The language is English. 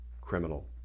criminal